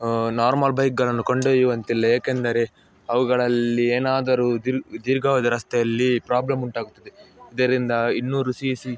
normal ಬೈಕ್ಗಳನ್ನು ಕೊಂಡೊಯ್ಯುವಂತಿಲ್ಲ ಏಕೆಂದರೆ ಅವುಗಳಲ್ಲಿ ಏನಾದರೂ ದಿಲ್ ದೀರ್ಘಾವಧಿ ರಸ್ತೆಯಲ್ಲಿ ಪ್ರಾಬ್ಲಮ್ ಉಂಟಾಗುತ್ತದೆ ಇದರಿಂದ ಇನ್ನೂರು ಸಿ ಸಿ